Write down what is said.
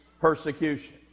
persecution